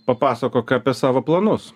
papasakok apie savo planus